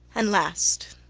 and last,